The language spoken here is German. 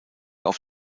auf